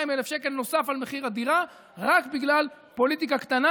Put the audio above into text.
200,000 שקל נוסף על מחיר הדירה רק בגלל פוליטיקה קטנה.